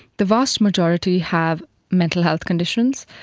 the vast majority have mental health conditions,